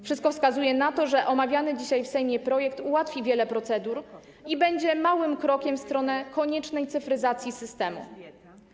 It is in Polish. Wszystko wskazuje na to, że omawiany dzisiaj w Sejmie projekt ułatwi wiele procedur i będzie małym krokiem w stronę koniecznej cyfryzacji systemu.